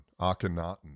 Akhenaten